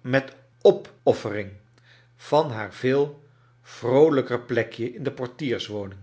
met opoffering van haar veel vroolijker plekje in de portierswoning